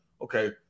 okay